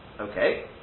Okay